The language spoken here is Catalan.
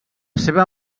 seva